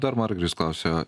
dar margiris klausia